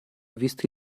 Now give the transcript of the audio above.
visto